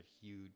huge